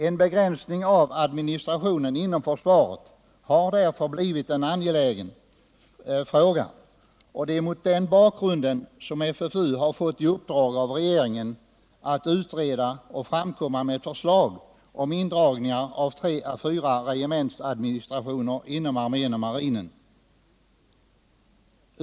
En begränsning av administrationen inom försvaret har därför blivit en angelägen fråga, och det är mot den bakgrunden som FFU fått i uppdrag av regeringen att utreda och framkomma med förslag om indragningar av tre till fyra regementsadministrationer inom armén och marinen.